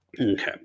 Okay